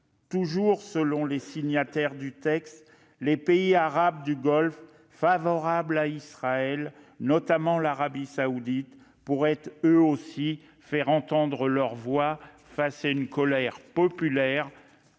Toujours selon les signataires de ce texte, les pays arabes du Golfe favorables à Israël, notamment l'Arabie saoudite, pourraient eux aussi faire entendre leur voix face à une colère populaire